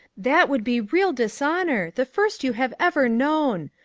that would be real dishonour, the first you have ever known.